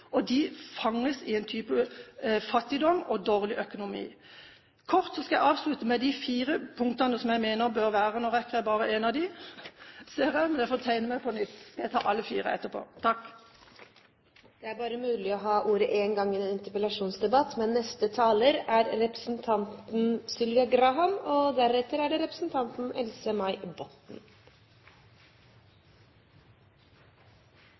De fanges i en type fattigdom, med dårlig økonomi. Kort skal jeg avslutte med de fire punktene jeg mener bør være med – nå rekker jeg bare et av dem ser jeg, men jeg får tegne meg på nytt. Jeg får ta alle fire etterpå. Det er bare mulig å ha ordet én gang i en interpellasjonsdebatt. Fleksibelt arbeidsliv er et viktig tema. Vår felles ambisjon i denne salen er